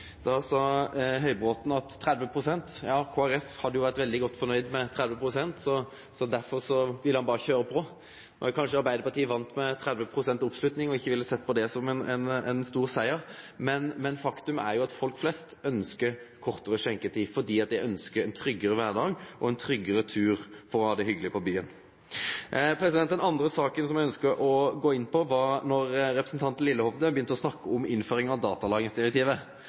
sa Høybråten at Kristeleg Folkeparti hadde vore veldig godt fornøgd med 30 pst, og derfor ville han berre køyre på. No er kanskje Arbeidarpartiet vane med 30 pst. oppslutning og ville ikkje sett på det som ein stor siger. Men faktum er at folk flest ønskjer kortare skjenkjetid fordi dei ønskjer ein tryggare kvardag og ein tryggare tur på byen for å ha det hyggeleg. Den andre saka som eg ønskjer å gå inn på, er innføring av datalagringsdirektivet, noko som representanten Lillehovde begynte å snakke om.